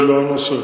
זה לא הנושא.